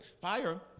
Fire